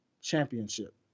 championship